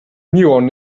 muon